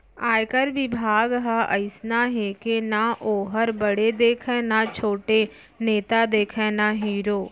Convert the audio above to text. आयकर बिभाग ह अइसना हे के ना वोहर बड़े देखय न छोटे, नेता देखय न हीरो